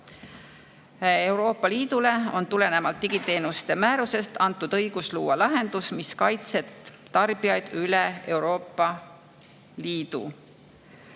Euroopa Liidule on tulenevalt digiteenuste määrusest antud õigus luua lahendus, mis kaitseb tarbijaid üle Euroopa Liidu.